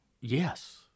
Yes